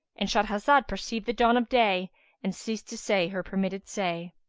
and shahrazad perceived the dawn of day and ceased to say her permitted say.